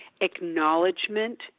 acknowledgement